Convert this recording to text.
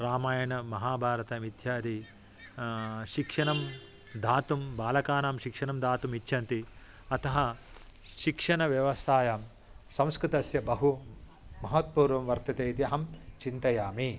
रामायणमहाभारतमित्यादीनां शिक्षणं दातुं बालकानां शिक्षनं दातुम् इच्छन्ति अतः शिक्षनव्यवस्तायां संस्कृतस्य बहु महत्त्पूर्वं वर्तते इति अहं चिन्तयामि